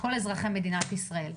כל אזרחי מדינת ישראל.